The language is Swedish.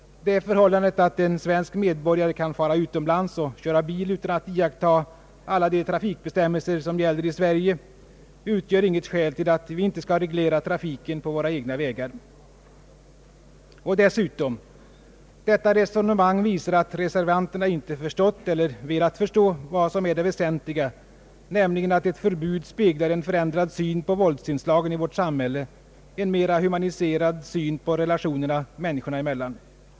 Det förhållandet att en svensk medborgare kan fara utomlands och där köra bil utan att iaktta alla de trafikbestämmelser som gäller i Sverige utgör inte något skäl till att vi inte skall reglera trafiken på våra egna vägar. Detta resonemang visar dessutom att reservanterna inte har förstått eller velat förstå vad som är det väsentliga, nämligen att ett förbud speglar en förändrad syn på våldsinslagen i vårt samhälle och en mera humaniserad syn på relationerna människorna emellan.